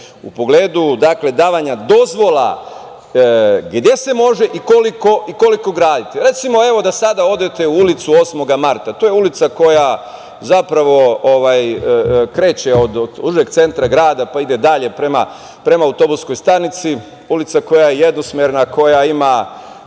u pogledu davanja dozvola gde se može i koliko graditi. Recimo, da sada odete u ulicu 8. marta. To je ulica koja zapravo kreće od užeg centra grada, pa ide dalje prema autobuskoj stanici, ulica koja je jednosmerna, koja ima